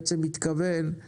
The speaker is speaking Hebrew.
הכוונה היא